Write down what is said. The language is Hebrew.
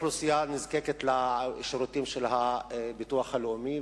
יותר אוכלוסייה נזקקת לשירותים של הביטוח הלאומי,